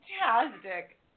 fantastic